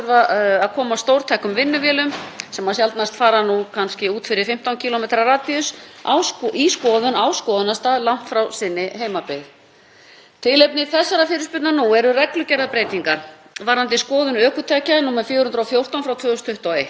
Tilefni þessarar fyrirspurnar nú eru reglugerðarbreytingar varðandi skoðun ökutækja nr. 414/2021. Kröfur um aukið öryggi bifreiða eru sjálfsagðar, ekki síst í því ljósi að fjölgun bifreiða á Íslandi hefur verið gríðarleg vegna fjölgunar ferðamanna síðasta áratuginn eða svo.